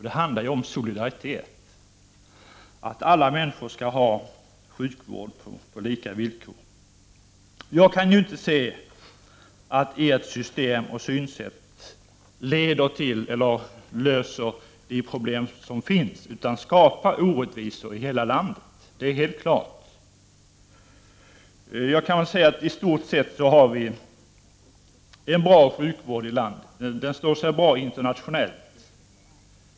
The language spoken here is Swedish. Solidariteten innebär att alla människor skall få sjukvård på lika villkor. Jag kan inte se att ert synsätt och ert system bidrar till att lösa de problem som finns. I stället skapar det orättvisor över hela landet; det står helt klart. Vår sjukvård är bra och står sig väl internationellt.